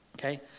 okay